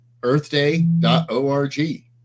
earthday.org